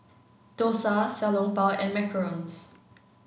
Dosa Xiao Long Bao and macarons